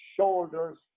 shoulders